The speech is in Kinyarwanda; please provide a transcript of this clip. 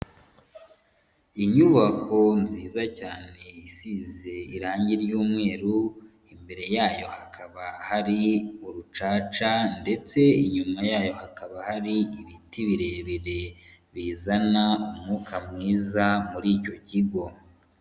Inyubako nziza cyane isize irange ry'umweru, imbere yayo hakaba hari urucaca ndetse inyuma yayo hakaba hari ibiti birebire bizana umwuka mwiza muri icyo kigo.